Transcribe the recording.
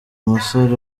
musore